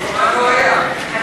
מזמן לא היה.